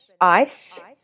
ice